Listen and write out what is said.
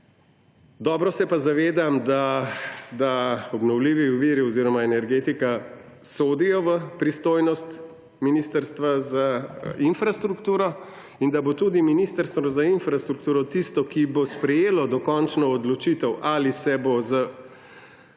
Dobro se pa zavedam, da obnovljivi viri oziroma energetika sodijo v pristojnost Ministrstva za infrastrukturo in da bo tudi Ministrstvo za infrastrukturo tisto, ki bo sprejelo dokončno odločitev, ali se bo karkoli